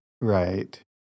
Right